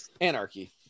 anarchy